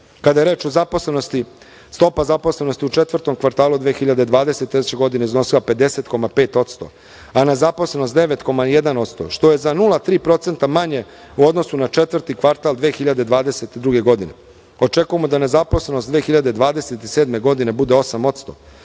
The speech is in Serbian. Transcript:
je reč o zaposlenosti, stopa zaposlenosti u četvrtom kvartalu 2023. godine iznosila je 50,5%, a nezaposlenost 9,1%, što je za 0,3% manje u odnosu na četvrti kvartal 2022. godine. Očekujemo da nezaposlenost 2027. godine bude 8%.